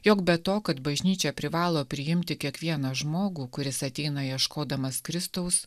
jog be to kad bažnyčia privalo priimti kiekvieną žmogų kuris ateina ieškodamas kristaus